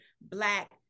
black